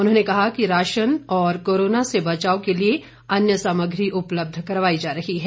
उन्होंने कहा कि राशन तथा कोरोना से बचाव के लिए अन्य सामग्री उपलब्ध करवाई जा रही है